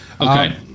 Okay